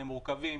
הם מורכבים,